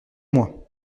moi